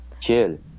chill